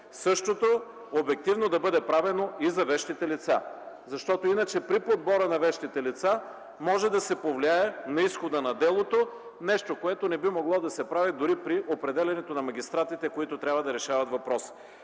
същото обективно да бъде правено и за вещите лица. Иначе при подбора на вещите лица може да се повлияе на изхода на делото – нещо, което не би могло да се прави дори при определянето на магистратите, които трябва да решават въпросите.